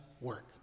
work